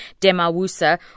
Demawusa